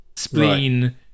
spleen